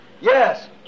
yes